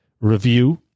review